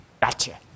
Gotcha